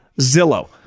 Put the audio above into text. Zillow